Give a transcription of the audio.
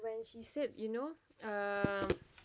when she said you know um